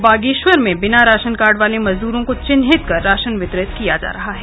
और बागेश्वर में बिना राशन कार्ड वाले मजदूरों को चिन्हित कर राशन वितरित किया जा रहा है